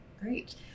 great